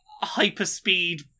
hyper-speed